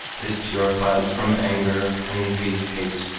is purified from anger, envy, hate.